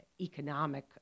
economic